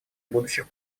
будущих